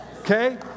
okay